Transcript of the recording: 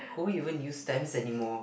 who even use stamps anymore